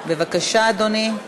בבקשה, אדוני.